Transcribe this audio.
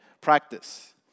practice